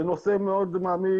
זה נושא מאוד מעמיק,